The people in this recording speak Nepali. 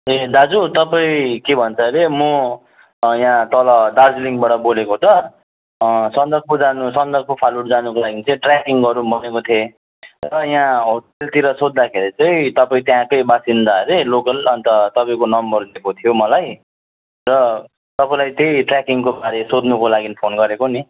ए दाजु तपाईँ के भन्छ रे म यहाँ तल दार्जिलिङबाट बोलेको त सन्दकपू जानु सन्दकपू फालुट जानुको लागि चाहिँ ट्र्याकिङ गरौँ भनेको थिएँ र यहाँ होटेलतिर सोद्धाखेरि चाहिँ तपाईँ त्यहाँकै बासिन्दा हरे लोकल अन्त तपाईँको नम्बर दिएको थियो मलाई र तपाईँलाई त्यै ट्र्याकिङको बारेमा सोध्नुको लागि फोन गरेको नि